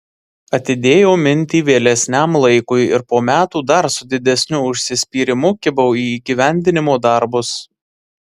atidėjau mintį vėlesniam laikui ir po metų dar su didesniu užsispyrimu kibau į įgyvendinimo darbus